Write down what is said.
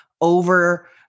over